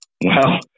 Wow